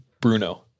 Bruno